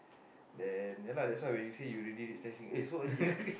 then yeah lah that's why you say you already eaten eh so early ah